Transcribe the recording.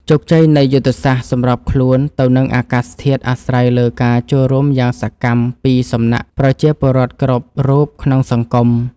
ជោគជ័យនៃយុទ្ធសាស្ត្រសម្របខ្លួនទៅនឹងអាកាសធាតុអាស្រ័យលើការចូលរួមយ៉ាងសកម្មពីសំណាក់ប្រជាពលរដ្ឋគ្រប់រូបក្នុងសង្គម។